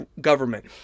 government